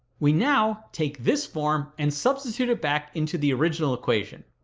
we now take this form and substitute it back into the original equation,